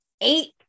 eight